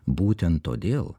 būtent todėl